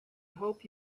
hope